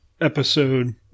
episode